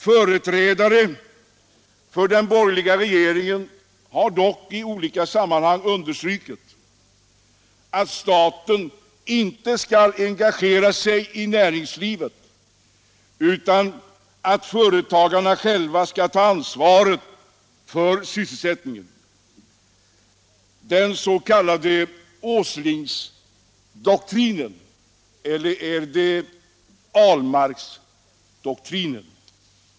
Företrädare för den borgerliga regeringen har dock i olika sammanhang understrukit att staten inte skall engagera sig i näringslivet, utan att företagarna själva skall ta ansvaret för sysselsättning — den s.k. Åslingsdoktrinen. Eller är det Ahlmarksdoktrinen?